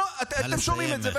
אתם שומעים את זה,